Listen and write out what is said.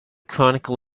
chronicle